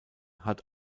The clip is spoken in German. hat